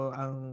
ang